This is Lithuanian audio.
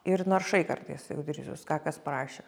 ir naršai kartais gudrydsus ką kas parašė